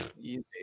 easy